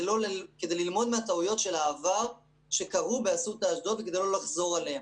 ללמוד מטעויות העבר שקרו באסותא אשדוד ולא לחזור עליהן.